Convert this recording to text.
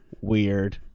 weird